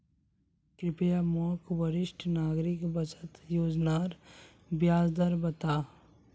कृप्या मोक वरिष्ठ नागरिक बचत योज्नार ब्याज दर बता